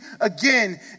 again